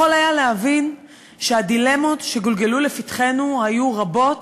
יכול היה להבין שהדילמות שגולגלו לפתחנו היו רבות,